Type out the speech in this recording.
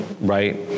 right